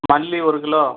மல்லி ஒரு கிலோ